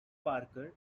parker